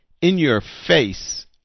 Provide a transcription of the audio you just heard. in-your-face